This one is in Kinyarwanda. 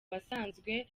basanzwe